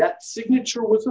that signature was